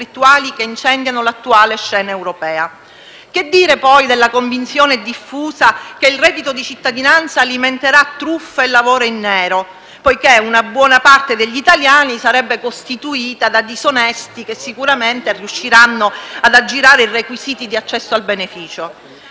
Che dire poi della convinzione diffusa che il reddito di cittadinanza alimenterà truffe e lavoro in nero, poiché una buona parte degli italiani sarebbe costituita da disonesti che sicuramente riusciranno ad aggirare i requisiti di accesso al beneficio?